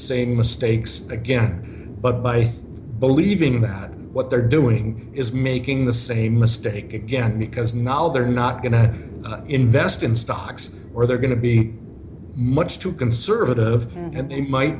same mistakes again but by believing that what they're doing is making the same mistake again because knowledge they're not going to invest in stocks or they're going to be much too conservative and they might